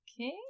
Okay